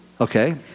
Okay